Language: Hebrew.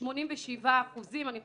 ש-87% אני חושבת.